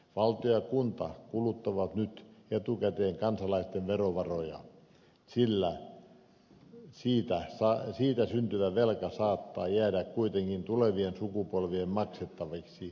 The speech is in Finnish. valtio ja kunta kuluttavat nyt etukäteen kansalaisten verovaroja sillä siitä syntyvä velka saattaa jäädä kuitenkin tulevien sukupolvien maksettavaksi